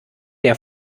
der